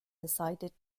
decided